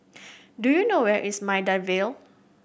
do you know where is Maida Vale